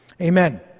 Amen